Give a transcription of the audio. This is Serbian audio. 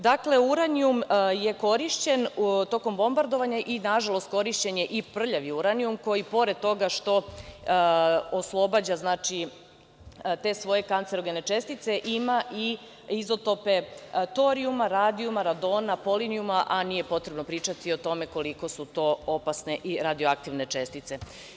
Dakle, uranijum je korišćen tokom bombardovanja i nažalost, korišćen je i prljav uranijum koji pored toga što oslobađa te svoje kancerogene čestice ima i izotope torijuma, radijuma, radona, polinijuma a nije potrebno pričati o tome koliko su to opasne i radio aktivne čestice.